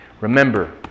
remember